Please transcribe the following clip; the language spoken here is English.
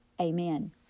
Amen